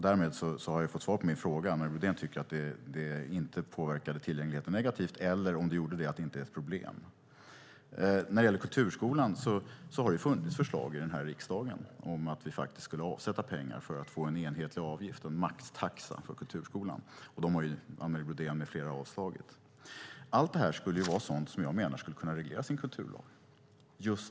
Därmed har jag fått svar på min fråga om Anne Marie Brodén inte tyckte att det påverkade tillgängligheten negativt och om detta inte var ett problem. När det gäller kulturskolan har det funnits förslag här i riksdagen om att vi skulle avsätta pengar för att få en enhetlig avgift och en maxtaxa för kulturskolan. Det har Anne Marie Brodén med flera avslagit. Allt detta är sådant som jag menar skulle kunna regleras i en kulturlag.